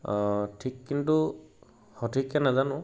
ঠিক কিন্তু সঠিককে নাজানো